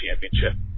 Championship